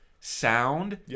Sound